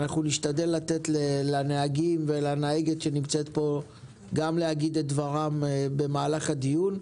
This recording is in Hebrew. אנחנו נשתדל לתת לנהגים ולנהגת שנמצאת פה גם להגיד את דברם במהלך הדיון,